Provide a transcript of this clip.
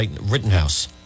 Rittenhouse